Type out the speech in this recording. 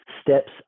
steps